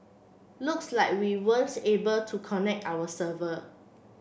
looks like we weren't able to connect our server